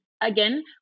again